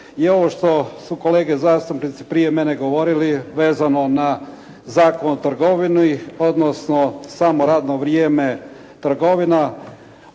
je ovo što su kolege zastupnici prije mene govorili vezano na Zakon o trgovini, odnosno samo radno vrijeme trgovina